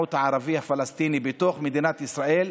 המיעוט הערבי הפלסטיני בתוך מדינת ישראל,